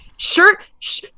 shirt